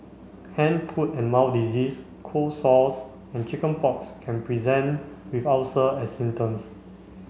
hand foot and mouth disease cold sores and chicken pox can present with ulcers as symptoms